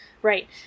Right